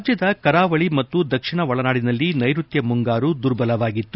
ರಾಜ್ದದ ಕರಾವಳಿ ಮತ್ತು ದಕ್ಷಿಣ ಒಳನಾಡಿನಲ್ಲಿ ನೈಋತ್ತ ಮುಂಗಾರು ದುರ್ಬಲವಾಗಿತ್ತು